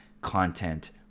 content